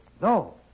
No